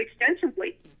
extensively